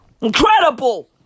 Incredible